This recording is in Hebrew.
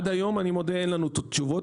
אני מודה שעד היום אין לנו את התשובות,